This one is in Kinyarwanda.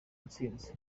ntsinzi